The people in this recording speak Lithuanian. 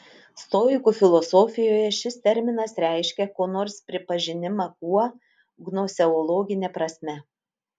stoikų filosofijoje šis terminas reiškia ko nors pripažinimą kuo gnoseologine prasme